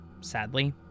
Sadly